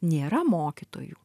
nėra mokytojų